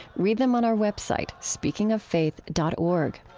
read them on our web site, speakingoffaith dot org.